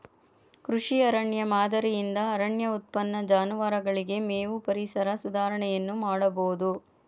ಕೃಷಿ ಅರಣ್ಯ ಮಾದರಿಯಿಂದ ಅರಣ್ಯ ಉತ್ಪನ್ನ, ಜಾನುವಾರುಗಳಿಗೆ ಮೇವು, ಪರಿಸರ ಸುಧಾರಣೆಯನ್ನು ಮಾಡಬೋದು